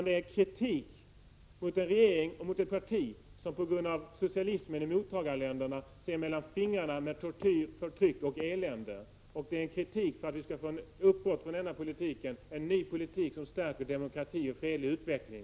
Det är kritik mot en regering och ett parti som på grund av socialismen i mottagarländerna ser mellan fingrarna med tortyr, förtryck och elände. Det är kritik som syftar till att vi skall få ett uppbrott från denna politik och föra en annan politik som stärker demokrati och fredlig utveckling.